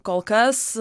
kol kas